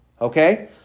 okay